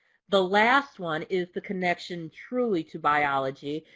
the last one is the connection truly to biology,